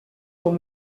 dans